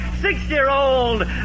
six-year-old